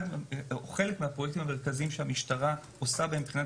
חלק מהפרויקטים המרכזיים שהמשטרה עושה בהם מבחינת